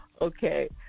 Okay